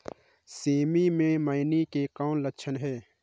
सेमी मे मईनी के कौन लक्षण हे?